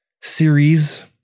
series